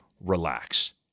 relax